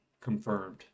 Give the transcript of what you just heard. confirmed